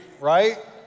right